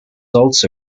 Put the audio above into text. also